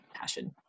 passion